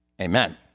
Amen